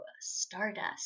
Stardust